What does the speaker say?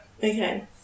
okay